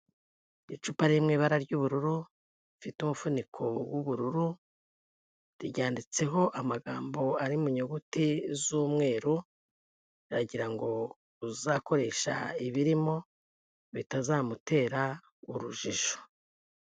Icupa riri mu ibara ry'ubururu, rifite umuvuniko w'ubururu, ryanditseho amagambo ari mu nyuguti z'umweru, riragira ngo uzakoresha ibirimo bitazamutera urujijo.